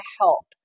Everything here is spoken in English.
help